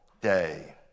day